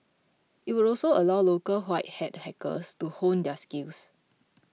it would also allow local white hat hackers to hone their skills